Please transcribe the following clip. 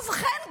ובכן,